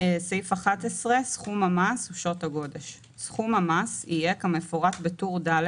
"סכום המס ושעות הגודש 11. סכום המס יהיה כמפורט בטור ד'